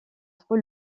trop